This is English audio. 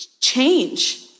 change